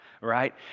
right